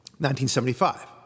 1975